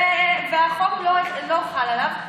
והחוק לא חל עליו.